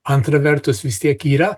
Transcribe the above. antra vertus vis tiek yra